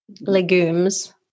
legumes